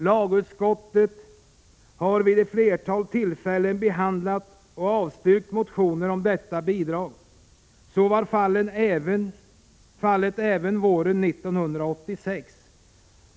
Lagutskottet har vid ett flertal tillfällen behandlat och avstyrkt motioner om detta bidrag. Så var fallet även våren 1986.